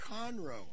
Conroe